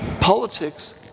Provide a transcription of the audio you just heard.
Politics